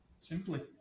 simply